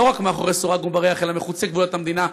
לא רק מאחורי סורג ובריח אלא מחוץ לגבולות המדינה,